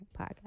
podcast